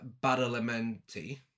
Badalamenti